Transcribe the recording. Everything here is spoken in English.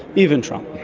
even trump.